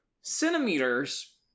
centimeters